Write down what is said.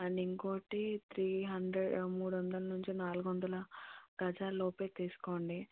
and ఇంకోటి three hundred మూడు వంల నుంచి నాలుగు వందల గజాలలోపు తీసుకోండి